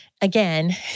Again